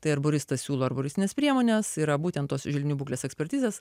tai ar budistas siūlo arba priemonės yra būtent tos želdinių būklės ekspertizės